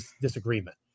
disagreement